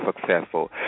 successful